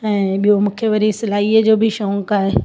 ऐं ॿियो मूंखे वरी सिलाईअ जो बि शौंक़ु आहे